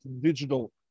digital